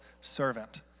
servant